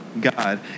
God